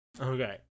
Okay